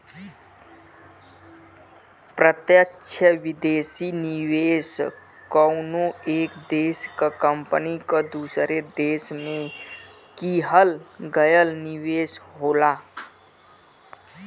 प्रत्यक्ष विदेशी निवेश कउनो एक देश क कंपनी क दूसरे देश में किहल गयल निवेश होला